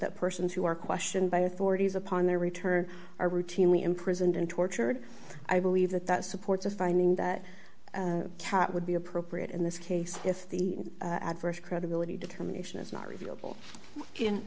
that persons who are questioned by authorities upon their return are routinely imprisoned and tortured i believe that that supports a finding that cat would be appropriate in this case if the adverse credibility determination is not reviewable